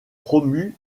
promus